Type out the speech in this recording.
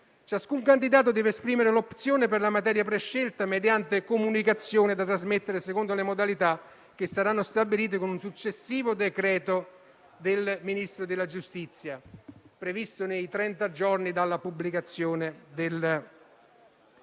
Ciascun candidato deve esprimere l'opzione per la materia prescelta mediante comunicazione da trasmettere secondo le modalità che saranno stabilite con un successivo decreto del Ministro della giustizia, previsto nei trenta giorni dalla pubblicazione del decreto-legge.